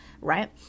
right